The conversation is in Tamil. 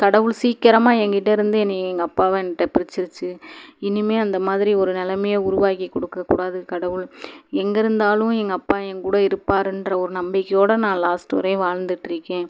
கடவுள் சீக்கிரமாக எங்கிட்டேயிருந்து என்னை எங்கள் அப்பாவை என்கிட்ட பிரிச்சிருச்சு இனிமேல் அந்தமாதிரி ஒரு நிலமைய உருவாக்கிக் கொடுக்கக்கூடாது கடவுள் எங்கே இருந்தாலும் எங்கள் அப்பா என்கூட இருப்பாருன்ற ஒரு நம்பிக்கையோட நான் லாஸ்ட் வரையும் வாழ்ந்துட்டுருக்கேன்